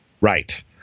Right